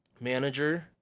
manager